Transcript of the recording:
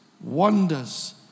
wonders